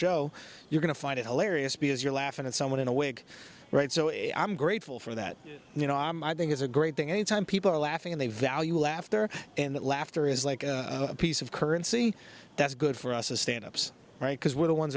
show you're going to find it hilarious because you're laughing at someone in a wig right so i'm grateful for that you know i think it's a great thing any time people are laughing and they value laughter and laughter is like a piece of currency that's good for us as stand ups right because we're the ones